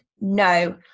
No